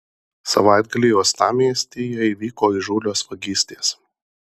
savaitgalį uostamiestyje įvyko įžūlios vagystės